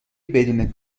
بدون